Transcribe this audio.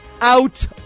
out